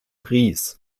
ries